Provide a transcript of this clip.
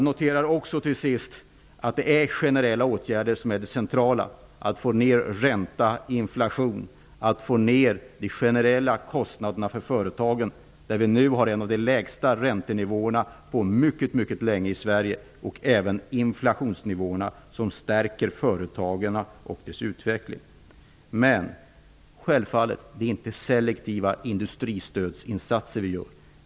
Till sist noterar jag också att det är generella åtgärder som är det centrala, att få ned ränta och inflation, att få ner de generella kostnaderna för företagen när vi nu har en av de lägsta räntenivåerna och inflationsnivåerna på mycket länge i Sverige, vilket stärker företagen och deras utveckling. Självfallet är det inte selektiva industristödsinsatser som vi gör.